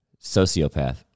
Sociopath